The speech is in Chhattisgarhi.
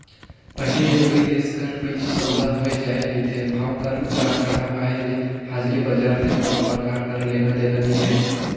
पहिली ले दुई देश कर बीच सउदा होए जाए रिथे, भाव कर उतार चढ़ाव आय ले हाजरी बजार ले कोनो परकार कर लेना देना नी रहें